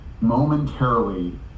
momentarily